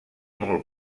molt